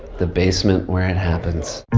the basement where it happens.